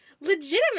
Legitimate